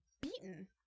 beaten